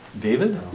David